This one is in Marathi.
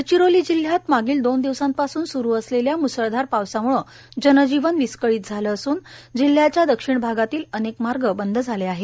गडचिरोली जिल्ह्यात मागील दोन दिवसांपासून सुरु असलेल्या मुसळधार पावसामुळे जनजीवन विस्कळीत झाले असून जिल्ह्याच्या दक्षिण भागातील अनेक मार्ग बंद झाले आहेत